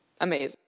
amazing